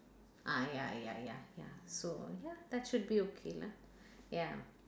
ah ya ya ya ya so ya that should be okay lah ya